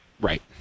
Right